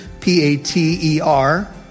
P-A-T-E-R